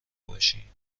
باشیم